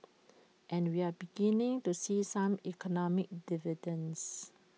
and we are beginning to see some economic dividends